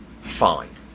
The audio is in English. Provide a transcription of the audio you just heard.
fine